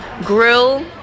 grill